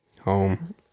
home